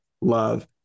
love